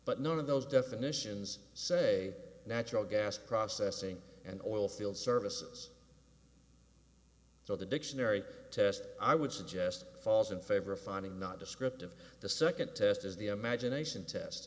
but none of those definitions say natural gas processing and oilfield services so the dictionary test i would suggest falls in favor of finding not descriptive the second test is the imagination test